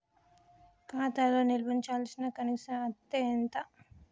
ఖాతా లో నిల్వుంచవలసిన కనీస అత్తే ఎంత?